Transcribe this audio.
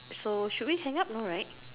so should we hang up no right